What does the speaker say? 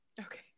Okay